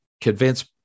convince